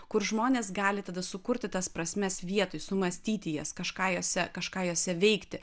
kur žmonės gali tada sukurti tas prasmes vietoj sumąstyti jas kažką jose kažką jose veikti